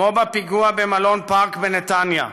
כמו בפיגוע במלון פארק בנתניה,